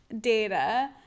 data